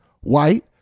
white